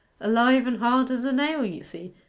alive and hard as a nail, you see,